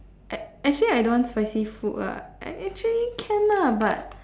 actually I don't want spicy food lah actually can lah but